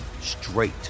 straight